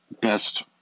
best